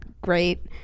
great